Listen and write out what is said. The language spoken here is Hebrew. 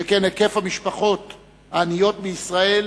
שכן היקף המשפחות העניות בישראל